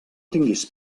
tinguis